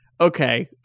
Okay